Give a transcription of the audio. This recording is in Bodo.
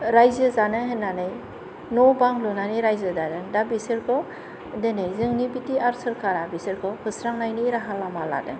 रायजो जानो होननानै न' बां लुनानै रायजो जादों दा बिसोरखौ दिनै जोंनि बि टि आर सोरखारा बिसोरखौ होस्रांनायनि राहा लामा लादों